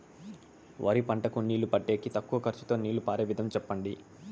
వరి పంటకు నీళ్లు పెట్టేకి తక్కువ ఖర్చుతో నీళ్లు పారే విధం చెప్పండి?